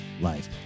life